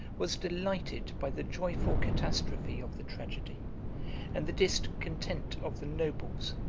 was delighted by the joyful catastrophe of the tragedy and the discontent of the nobles,